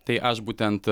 tai aš būtent